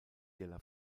della